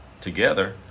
together